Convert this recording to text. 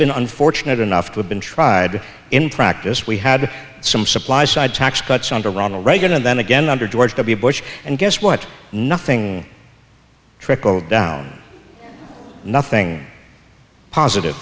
been unfortunate enough to have been tried in practice we had some supply side tax cuts under ronald reagan and then again under george w bush and guess what nothing trickle down nothing positive